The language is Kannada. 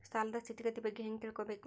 ಸಾಲದ್ ಸ್ಥಿತಿಗತಿ ಬಗ್ಗೆ ಹೆಂಗ್ ತಿಳ್ಕೊಬೇಕು?